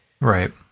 Right